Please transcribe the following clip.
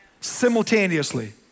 simultaneously